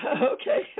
Okay